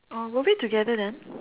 oh were we together then